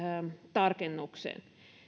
tarkennukseen